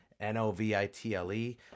N-O-V-I-T-L-E